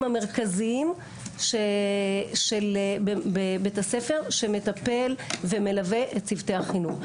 המרכזיים בבית ספר שמטפל ומלווה את צוותי החינוך.